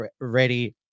ready